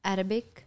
Arabic